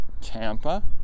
Tampa